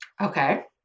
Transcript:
Okay